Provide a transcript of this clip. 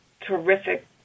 terrific